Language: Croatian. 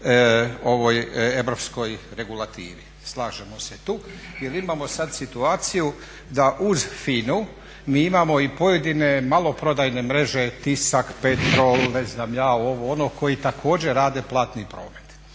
ovoj europskoj regulativi. Slažemo se tu, jer imamo sad situaciju da uz FINA-u mi imamo i pojedine maloprodajne mreže Tisak, Petrol, ne znam ja ovo ono, koji također rade platni promet.